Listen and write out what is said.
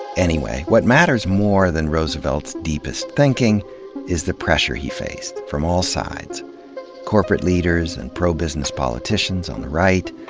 anyway, what matters more than roosevelt's deepest thinking is the pressure he faced, from all sides corporate leaders and pro-business politicians on the right,